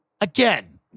again